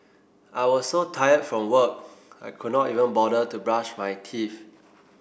I was so tired from work I could not even bother to brush my teeth